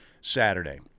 Saturday